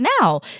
now